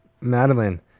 Madeline